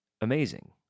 amazing